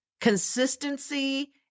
Consistency